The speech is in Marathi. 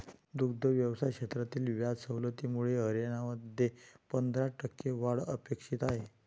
दुग्ध व्यवसाय क्षेत्रातील व्याज सवलतीमुळे हरियाणामध्ये पंधरा टक्के वाढ अपेक्षित आहे